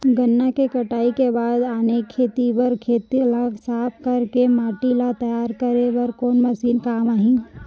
गन्ना के कटाई के बाद आने खेती बर खेत ला साफ कर के माटी ला तैयार करे बर कोन मशीन काम आही?